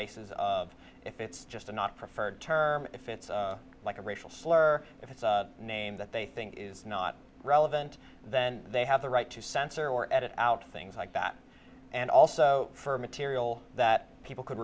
basis of if it's just a not preferred term if it's like a racial slur if it's a name that they think is not relevant then they have the right to censor or edit out things like that and also for material that people could